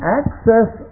access